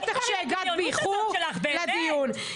בטח שהגעת באיחור לדיון.